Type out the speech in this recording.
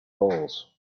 bowls